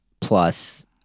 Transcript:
plus